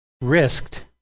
risked